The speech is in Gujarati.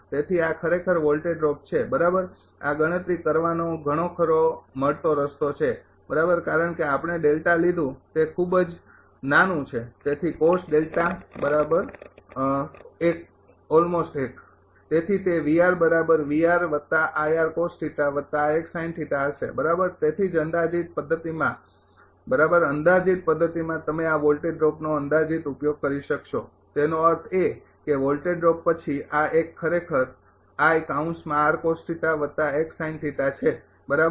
તેથી આ ખરેખર વોલ્ટેજ ડ્રોપ છે બરાબર આ ગણતરી કરવાનો ઘણો ખરો મળતો રસ્તો છે બરાબર કારણ કે આપણે ડેલ્ટા લીધું તે ખૂબ જ નાનું છે તેથી તેથી તે હશે બરાબર તેથી જ અંદાજિત પદ્ધતિમાં બરાબર અંદાજિત પદ્ધતિમાં તમે આ વોલ્ટેજ ડ્રોપનો અંદાજિત ઉપયોગ કરી શકશો તેનો અર્થ એ કે વોલ્ટેજ ડ્રોપ પછી આ એક ખરેખર છે બરાબર